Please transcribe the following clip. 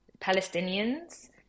Palestinians